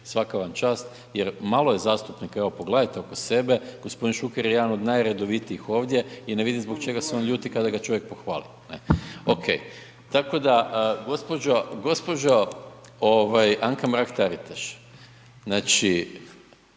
Svaka vam čast jer malo je zastupnika evo pogledajte oko sebe, gospodin Šuker je jedan od najredovitijih ovdje i ne vidim zbog čega se on ljuti kada ga čovjek pohvali. Gospođo Anka Mrak Taritaš, znači